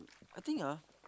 I think ah